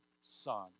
son